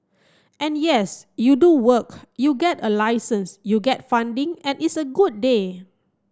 and yes you do work you get a license you get funding and it's a good day